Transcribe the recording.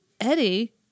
Eddie